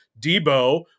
Debo